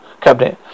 cabinet